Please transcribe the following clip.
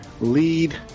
lead